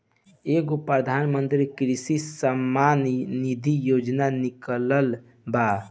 एगो प्रधानमंत्री कृषि सम्मान निधी योजना निकलल बा